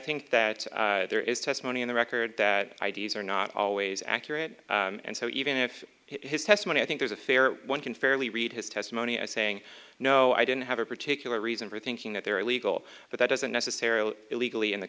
think that there is testimony in the record that ideas are not always accurate and so even if his testimony i think there's a fair one can fairly read his testimony saying no i don't have a particular reason for thinking that they're illegal but that doesn't necessarily illegally in the